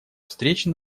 встречи